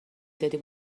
دادی